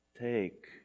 Take